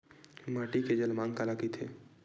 माटी के जलमांग काला कइथे?